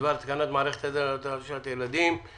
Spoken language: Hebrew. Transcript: בדבר התקנת מערכת עזר לנהג להתרעה על השארת ילדים ברכב התרעה על